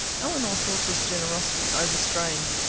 elinor thought this generosity overstrained,